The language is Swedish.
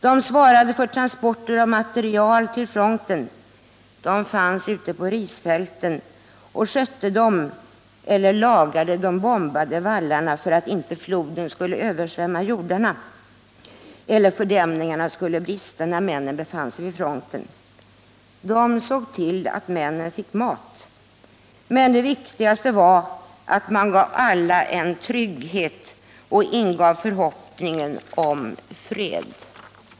De svarade för transporter av material till fronten, de fanns ute på risfälten och skötte dessa eller lagade de bombade vallarna för att inte floden skulle översvämma jordarna eller fördämningarna skulle brista, när männen befann sig vid fronten. De såg till att männen fick mat. Men det viktigaste var, att man gav alla en trygghet och ingav förhoppningen om fred.